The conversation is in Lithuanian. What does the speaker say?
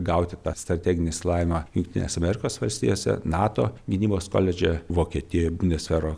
gauti tą strateginį išsilavinimą jungtinėse amerikos valstijose nato gynybos koledže vokietijoj bundesvero